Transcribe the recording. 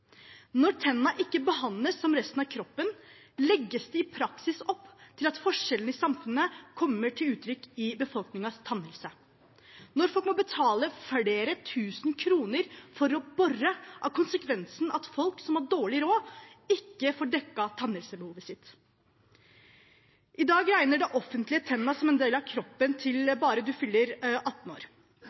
Når tennene ikke behandles som resten av kroppen, legges det i praksis opp til at forskjellene i samfunnet kommer til uttrykk i befolkningens tannhelse. Når folk må betale flere tusen kroner for å bore, er konsekvensen at folk som har dårlig råd, ikke får dekket tannhelsebehovet sitt. I dag regner det offentlige tenner som en del av kroppen bare til man fyller 18 år.